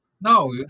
No